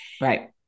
Right